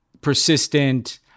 persistent